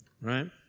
right